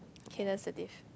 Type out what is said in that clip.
okay that's a diff